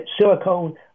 silicone